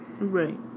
Right